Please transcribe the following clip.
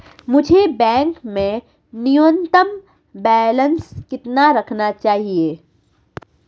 मुझे बैंक में न्यूनतम बैलेंस कितना रखना चाहिए?